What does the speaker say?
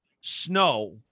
snow